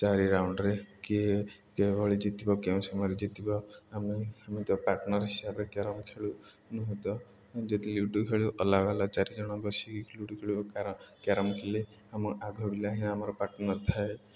ଚାରି ରାଉଣ୍ଡ୍ରେ କିଏ କେଉଁଭଳି ଜିତିବ କେଉଁ ସମୟରେ ଜିତିବ ଆମେ ଆମେ ତ ପାର୍ଟନର୍ ହିସାବରେ କ୍ୟାରମ୍ ଖେଳୁ ନୁହଁ ତ ଯଦି ଲୁଡ଼ୁ ଖେଳୁ ଅଲଗା ଅଲଗା ଚାରିଜଣ ବସିକି ଲୁଡ଼ୁ ଖେଳିବ କ୍ୟାରମ୍ ଖେଳି ଆମ ଆଗ ପିଲା ହିଁ ଆମର ପାର୍ଟନର୍ ଥାଏ